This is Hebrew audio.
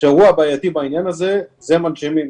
שהאירוע הבעייתי בעניין הזה, זה מנשימים.